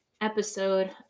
episode